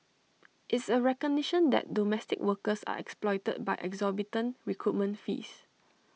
it's A recognition that domestic workers are exploited by exorbitant recruitment fees